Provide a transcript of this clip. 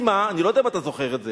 לקדימה" ואני לא יודע אם אתה זוכר את זה,